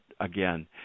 again